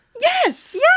Yes